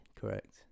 Correct